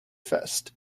fest